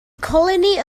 colony